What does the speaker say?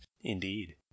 Indeed